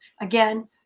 again